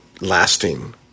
lasting